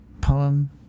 poem